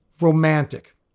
romantic